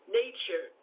nature